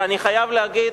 ואני חייב להגיד: